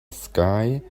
sky